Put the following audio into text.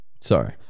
Sorry